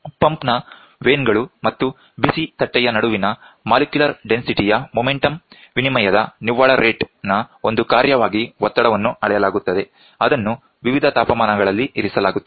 pump ನ vane ಗಳು ಮತ್ತು ಬಿಸಿ ತಟ್ಟೆಯ ನಡುವಿನ ಮೊಲಿಕ್ಯುಲರ್ ಡೆನ್ಸಿಟಿಯ ಮುಮೆಂಟಂ ವಿನಿಮಯದ ನಿವ್ವಳ ರೇಟ್ ನ ಒಂದು ಕಾರ್ಯವಾಗಿ ಒತ್ತಡವನ್ನು ಅಳೆಯಲಾಗುತ್ತದೆ ಅದನ್ನು ವಿವಿಧ ತಾಪಮಾನಗಳಲ್ಲಿ ಇರಿಸಲಾಗುತ್ತದೆ